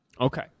Okay